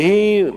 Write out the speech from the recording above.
והיא,